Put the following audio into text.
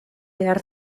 behar